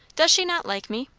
does she not like me?